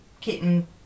Kitten